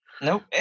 nope